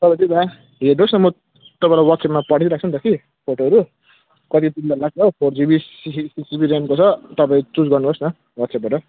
हेर्नुस् न म तपाईँलाई ह्वाट्सएपमा पठाइदिइराख्छु नि त कि फोटोहरू कति फोर जिबी सिक्स जिबी रेमको छ तपाईँ चुज गर्नुहोस् न ह्वाट्सएपबाट